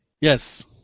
Yes